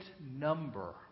number